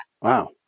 wow